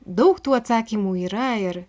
daug tų atsakymų yra ir